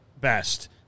best